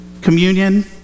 communion